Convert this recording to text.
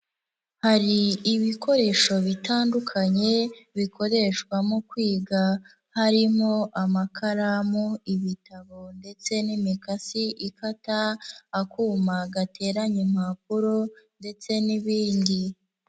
Hari ibikoresho bitandukanye bikoreshwa mu kwiga, harimo amakaramu, ibitabo ndetse n'imikasi ikata, akuma gateranya impapuro ndetse n'ibindi.